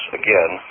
again